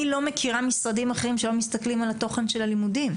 אני לא מכירה משרדים אחרים שלא מסתכלים על התוכן של הלימודים.